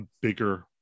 bigger